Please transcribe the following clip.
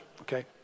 okay